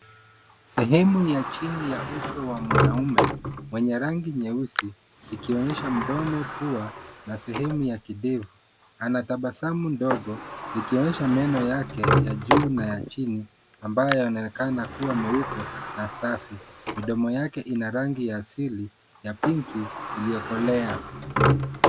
Sehemu ya chini ya uso wa mwanaume mwenye rangi nyeusi, ikionyesha mdomo, pua na sehemu ya kidevu. Anatabasamu ndogo likionyesha meno yake ya juu na ya chini ambayo yanaonekana kuwa meupe na safi. Midomo yake ina rangi ya asili ya pinki iliyokolea.